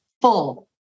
full